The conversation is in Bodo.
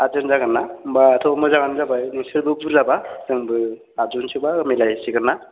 आदजोन जागोन ना होनबाथ' मोजाङानो जाबाय नोंसोरबो बुरजाबा जोंबो आदजोनसोबा मिलायहैसिगोन ना